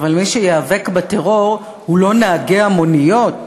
אבל מי שייאבק בטרור הוא לא נהגי המוניות,